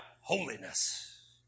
holiness